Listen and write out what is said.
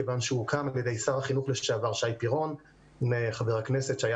מכיוון שהוא הוקם על ידי שר החינוך לשעבר שי פירון כאשר שר